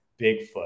Bigfoot